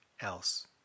else